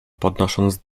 podnosząc